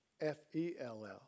F-E-L-L